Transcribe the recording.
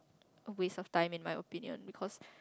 waste of time in my opinion because